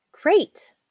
Great